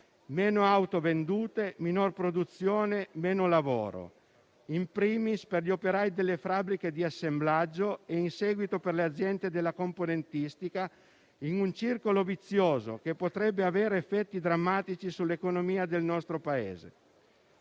di auto si traduce in minor produzione e in minor lavoro *in primis* per gli operai delle fabbriche di assemblaggio e in seguito per le aziende della componentistica, in un circolo vizioso che potrebbe avere effetti drammatici sull'economia del nostro Paese.